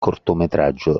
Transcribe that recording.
cortometraggio